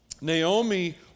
Naomi